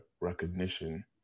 recognition